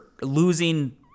losing